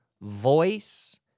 voice